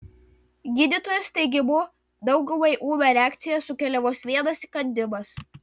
gydytojos teigimu daugumai ūmią reakciją sukelia vos vienas įkandimas